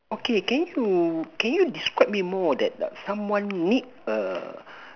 okay can you can you describe me more of that ah someone meet err